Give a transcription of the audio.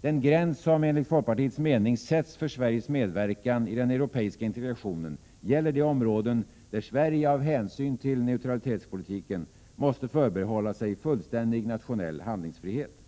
Den gräns som enligt folkpartiets mening sätts för Sveriges medverkan i den europeiska integrationen gäller de områden där Sverige av hänsyn till neutralitetspolitiken måste förbehålla sig fullständig nationell handlingsfrihet.